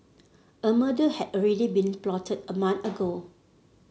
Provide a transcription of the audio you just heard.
a murder had already been plotted a month ago